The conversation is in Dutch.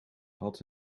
had